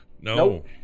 No